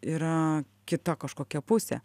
yra kita kažkokia pusė